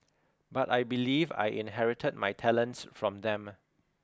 but I believe I inherited my talents from them